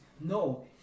no